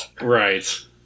Right